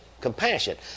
compassion